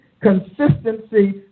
consistency